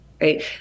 right